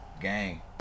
Gang